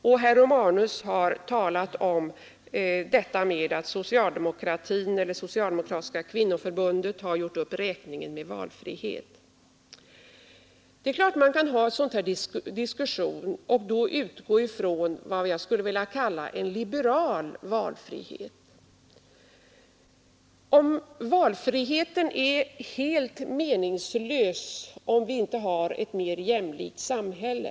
Herr Romanus har sagt att socialdemokratin eller Socialdemokratiska kvinnoförbundet har gjort upp räkningen med valfriheten. Det är klart att man kan föra en sådan diskussion och då utgå från vad jag skulle vilja kalla en liberal valfrihet, men valfriheten är ju helt meningslös, om vi inte har ett mer jämlikt samhälle.